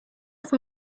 fue